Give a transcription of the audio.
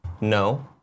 no